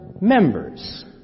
members